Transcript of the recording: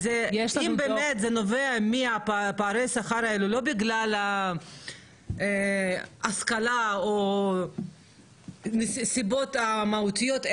אם באמת פערי שכר האלה הם לא בגלל השכלה או סיבות מהותיות,